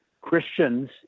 Christians